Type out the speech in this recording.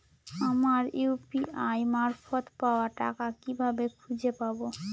আমার ইউ.পি.আই মারফত পাওয়া টাকা কিভাবে খুঁজে পাব?